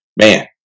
man